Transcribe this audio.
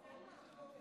אני מודה